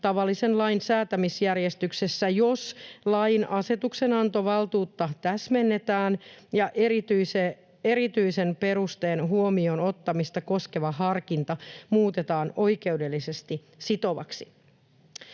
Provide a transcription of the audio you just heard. tavallisen lain säätämisjärjestyksessä, jos lain asetuksenantovaltuutta täsmennetään ja erityisen perusteen huomioon ottamista koskeva harkinta muutetaan oikeudellisesti sitovaksi.